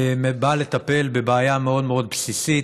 בא לטפל בבעיה מאוד מאוד בסיסית.